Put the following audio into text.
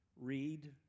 read